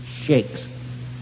shakes